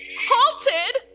Halted